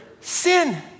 sin